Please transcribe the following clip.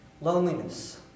loneliness